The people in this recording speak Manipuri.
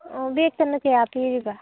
ꯑꯣ ꯕꯦꯛꯇꯅ ꯀꯌꯥ ꯄꯤꯔꯤꯕ